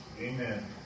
Amen